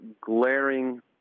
glaring